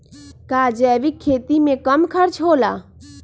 का जैविक खेती में कम खर्च होला?